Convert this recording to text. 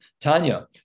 Tanya